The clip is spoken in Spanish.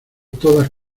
todas